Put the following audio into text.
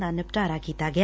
ਦਾ ਨਿਪਟਾਰਾ ਕੀਤਾ ਗਿਆ